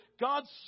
God's